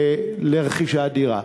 לרכישת דירה.